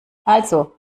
also